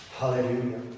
Hallelujah